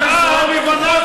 לא לבוא לכאן לדבר,